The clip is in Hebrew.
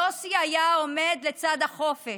יוסי היה עומד לצד החופש,